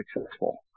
successful